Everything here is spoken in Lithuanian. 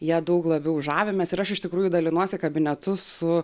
ja daug labiau žavimės ir aš iš tikrųjų dalinuosi kabinetu su